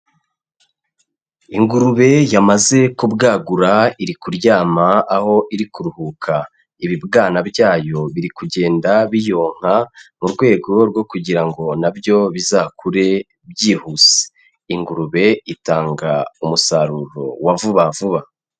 Ingurube yamaze kubwagura iri kuryama aho iri kuruhuka. Ibibwana byayo biri kugenda biyonka mu rwego rwo kugira ngo na byo bizakure byihuse. Ingurube itanga umusaruro wa vuba vuba.